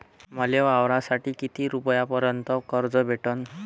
मले वावरासाठी किती रुपयापर्यंत कर्ज भेटन?